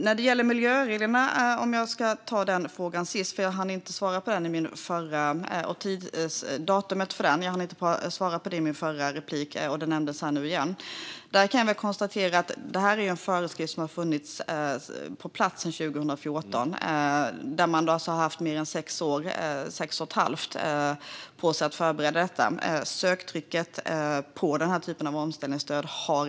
När det gäller de nya miljöreglerna och tidpunkten för dem - jag hann inte svara på frågan i mitt förra inlägg, och den nämndes här nu igen - kan jag konstatera att detta är en föreskrift som har funnits på plats sedan 2014. Man har alltså haft sex och ett halvt år på sig att förbereda sig för dessa.